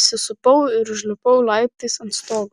įsisupau ir užlipau laiptais ant stogo